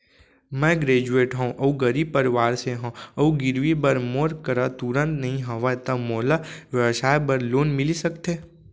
मैं ग्रेजुएट हव अऊ गरीब परवार से हव अऊ गिरवी बर मोर करा तुरंत नहीं हवय त मोला व्यवसाय बर लोन मिलिस सकथे?